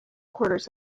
quarters